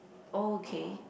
oh okay